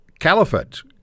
Caliphate